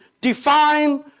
define